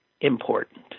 important